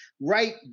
right